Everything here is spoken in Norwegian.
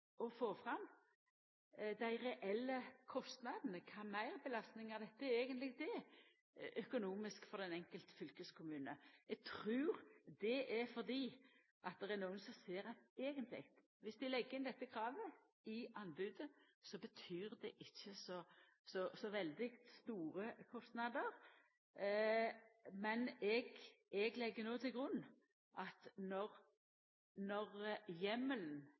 å få fram dei reelle kostnadene, kva for økonomiske meirbelastningar dette eigentleg er for den enkelte fylkeskommune. Eg trur det er fordi det er nokon som ser at det – eigentleg – viss dei legg inn dette kravet i anbodet – ikkje betyr så veldig store kostnader. Men eg legg til grunn at når